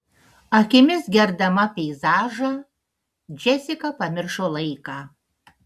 akimis gerdama peizažą džesika pamiršo laiką